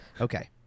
Okay